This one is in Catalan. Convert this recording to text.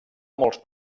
molts